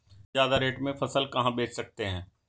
हम ज्यादा रेट में फसल कहाँ बेच सकते हैं?